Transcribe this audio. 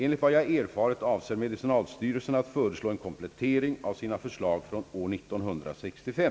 Enligt vad jag erfarit avser medicinalstyrelsen att föreslå en komplettering av sina förslag från år 1965.